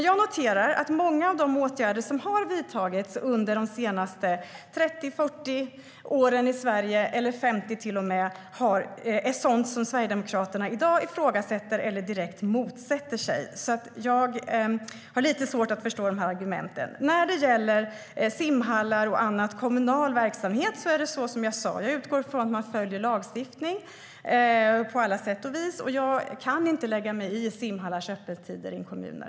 Jag noterar att många av de åtgärder som har vidtagits under de senaste 30, 40 eller till och med 50 åren i Sverige är sådant som Sverigedemokraterna i dag ifrågasätter eller direkt motsätter sig. Jag har lite svårt att förstå argumenten. När det gäller simhallar och annan kommunal verksamhet är det som jag sa. Jag utgår från att man följer lagstiftning på alla sätt och vis. Jag kan inte lägga mig i simhallars öppettider i kommuner.